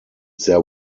their